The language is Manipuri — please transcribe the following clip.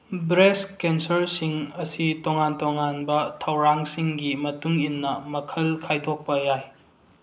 ꯕ꯭ꯔꯦꯁ ꯀꯦꯟꯁꯔꯁꯤꯡ ꯑꯁꯤ ꯇꯣꯉꯥꯟ ꯇꯣꯉꯥꯟꯕ ꯊꯧꯔꯥꯡꯁꯤꯡꯒꯤ ꯃꯇꯨꯡ ꯏꯟꯅ ꯃꯈꯜ ꯈꯥꯏꯗꯣꯛꯄ ꯌꯥꯏ